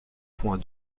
point